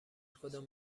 کدام